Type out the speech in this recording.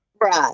Right